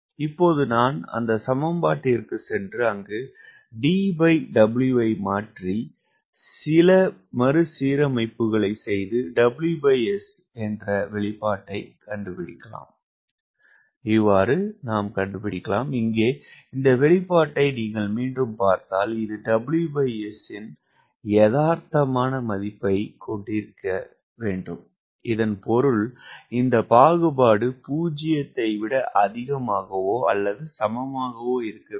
இப்போது நான் அந்த சமன்பாட்டிற்குச் சென்று அங்கு DW ஐ மாற்றி சில மறுசீரமைப்புகளைச் செய்து WS என்ற வெளிப்பாட்டைக் கண்டுபிடிகலாம் இங்கே இந்த வெளிப்பாட்டை நீங்கள் மீண்டும் பார்த்தால் இது WS இன் யதார்த்தமான மதிப்பைக் கொண்டிருக்க வேண்டும் இதன் பொருள் இந்த பாகுபாடு 0 ஐ விட அதிகமாகவோ அல்லது சமமாகவோ இருக்க வேண்டும்